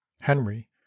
Henry